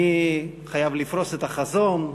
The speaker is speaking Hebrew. אני חייב לפרוס את החזון,